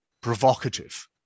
provocative